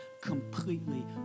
completely